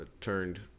turned